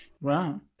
Wow